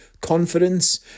confidence